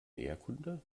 erdkunde